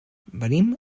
venim